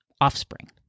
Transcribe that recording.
offspring